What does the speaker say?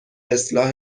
اصلاح